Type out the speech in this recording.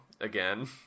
again